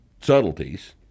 subtleties